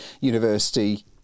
university